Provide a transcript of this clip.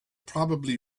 probably